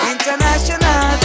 International